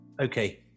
Okay